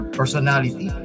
personality